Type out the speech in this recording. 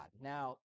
Now